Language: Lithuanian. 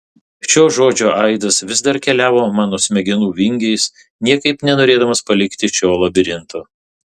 šio žodžio aidas vis dar keliavo mano smegenų vingiais niekaip nenorėdamas palikti šio labirinto